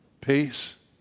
peace